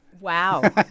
Wow